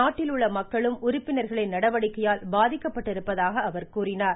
நாட்டில் உள்ள மக்களும் உறுப்பினர்களின் நடவடிக்கையால் பாதிக்கப்பட்டிருப்பதாக அவர் குறிப்பிட்டார்